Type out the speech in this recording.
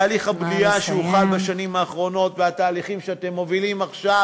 תהליך הבנייה שהוחל בשנים האחרונות והתהליכים שאתם מובילים עכשיו,